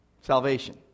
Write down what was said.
salvation